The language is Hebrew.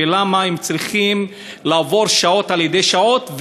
ולמה הם צריכים לעבור שעות על שעות.